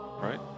right